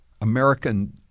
American